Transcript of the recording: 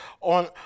on